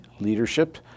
leadership